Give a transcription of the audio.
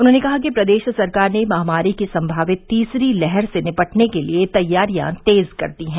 उन्होंने कहा कि प्रदेश सरकार ने महामारी की सम्मावित तीसरी लहर से निपटने के लिये तैयारियां तेज कर दी है